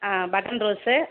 ah button rose